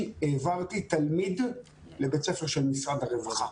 העברתי תלמיד לבית ספר של משרד הרווחה.